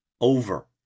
over